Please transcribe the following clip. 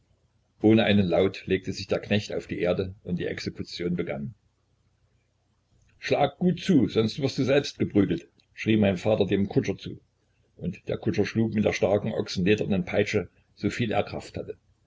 ohne einen laut legte sich der knecht auf die erde und die exekution begann schlag gut zu sonst wirst du selbst geprügelt schrie mein vater dem kutscher zu und der kutscher schlug mit der starken ochsenledernen peitsche so viel er kraft hatte